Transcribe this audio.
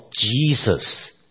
Jesus